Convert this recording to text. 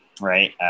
right